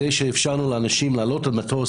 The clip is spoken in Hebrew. זה שאפשרנו לאנשים לעלות למטוס,